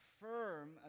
firm